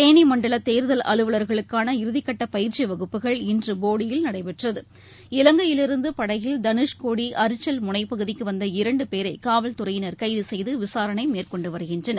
தேனிமன்டலதேர்தல் அலுவலர்களுக்கான இறுதிக்கட்டபயிற்சிவகுப்புகள் இன்றுபோடியில் நடைபெற்றது இவங்கையிலிருந்துபடகில் தனுஷ்கோடிஅரிச்சல் முனைப்பகுதிக்குவந்த இரண்டுபேரைகாவல்துறையினர் கைத செய்துவிசாரணைமேற்கொண்டுவருகின்றனர்